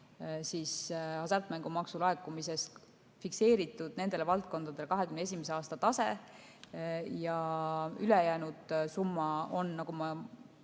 hasartmängumaksu laekumisest fikseeritud nendele valdkondadele 2021. aasta tase. Ülejäänud summa, nagu ma